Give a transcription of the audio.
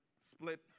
split